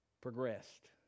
progressed